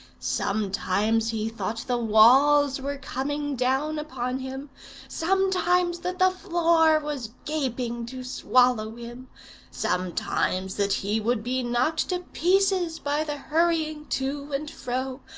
sometimes he thought the walls were coming down upon him sometimes that the floor was gaping to swallow him sometimes that he would be knocked to pieces by the hurrying to and fro,